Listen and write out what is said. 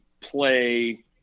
play